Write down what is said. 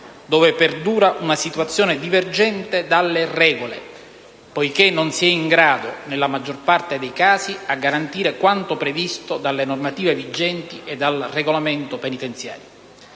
dove perdura una situazione divergente dalle regole poiché non si è in grado di garantire, nella maggior parte dei casi, quanto previsto dalle normative vigenti e dal regolamento penitenziario.